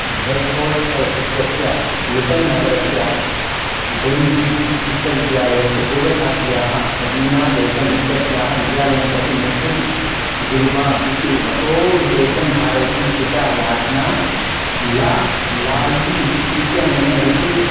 Bedford शैर् इत्यस्य Luton नगरस्य Denbigh उच्चविद्यालयस्य पूर्वछात्र्याः शबीना बेगम् इत्यस्याः विद्यालयं प्रति मुस्लिं जिल्बाब् इति वसो विशेषं धारयितुं कृता याचना ला लायीस् इत्यनेन निरस्तीकृता